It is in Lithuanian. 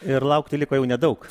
ir laukti liko jau nedaug